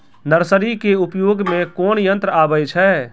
Nursery के उपयोग मे कोन यंत्र आबै छै?